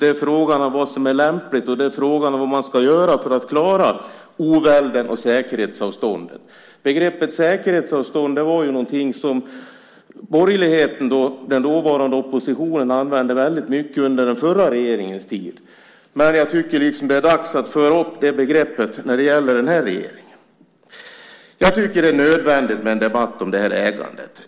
Det är fråga om vad som är lämpligt och vad man ska göra för att klara ovälden och säkerhetsavståndet. Begreppet säkerhetsavstånd var någonting som borgerligheten, den dåvarande oppositionen, använde väldigt mycket under den förra regeringens tid. Men jag tycker att det är dags att föra upp det begreppet när det gäller den här regeringen. Jag tycker att det är nödvändigt med en debatt om det här ägandet.